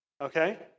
okay